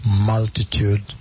multitude